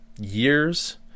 years